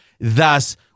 Thus